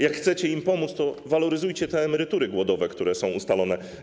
Jak chcecie im pomóc, to waloryzujcie te emerytury głodowe, które są ustalone.